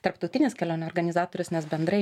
tarptautinis kelionių organizatorius nes bendrai